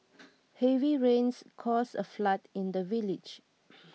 heavy rains caused a flood in the village